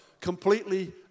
completely